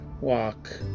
Walk